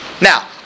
Now